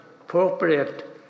appropriate